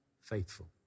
faithful